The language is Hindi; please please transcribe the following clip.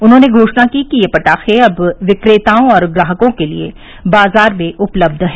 उन्होंने घोषणा की कि ये पटाखे अब विक्रेताओं और ग्राहकों के लिए बाजार में उपलब्ध हैं